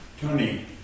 Tony